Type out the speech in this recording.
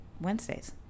Wednesdays